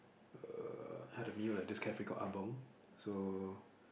uh had a meal at this cafe called Ah-Bung so